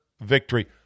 victory